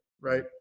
right